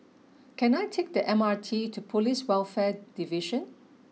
can I take the M R T to Police Welfare Division